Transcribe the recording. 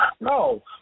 No